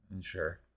Sure